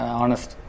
honest